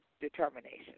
determination